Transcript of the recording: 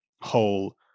whole